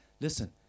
Listen